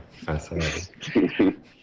Fascinating